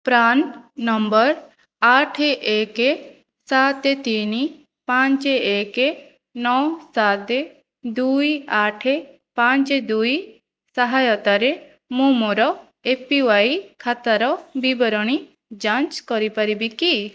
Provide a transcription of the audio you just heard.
PRAN number ଆଠ ଏକ ସାତ ତିନି ପାଞ୍ଚ ଏକ ନଅ ସାତ ଦୁଇ ଆଠ ପାଞ୍ଚ ଦୁଇ ସହାୟତାରେ ମୁଁ ମୋର ଏ ପି ୱାଇ ଖାତାର ବିବରଣୀ ଯାଞ୍ଚ କରିପାରିବି କି